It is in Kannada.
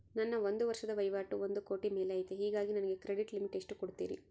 ನನ್ನ ಒಂದು ವರ್ಷದ ವಹಿವಾಟು ಒಂದು ಕೋಟಿ ಮೇಲೆ ಐತೆ ಹೇಗಾಗಿ ನನಗೆ ಕ್ರೆಡಿಟ್ ಲಿಮಿಟ್ ಎಷ್ಟು ಕೊಡ್ತೇರಿ?